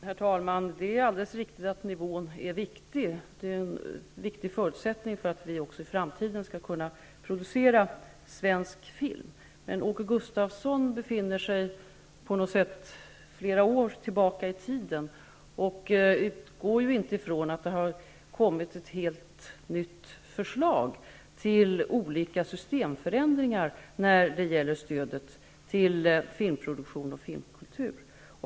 Herr talman! Det är alldeles riktigt att nivån är viktig. Nivån på anslaget är en viktig förutsättning för att vi också i framtiden skall kunna producera svensk film. Men Åke Gustavsson befinner sig på något sätt flera år tillbaka i tiden och utgår inte ifrån att det har kommit ett helt nytt förslag till olika systemförändringar när det gäller stödet till filmproduktion och filmkultur.